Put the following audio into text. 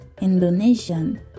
Indonesian